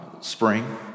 spring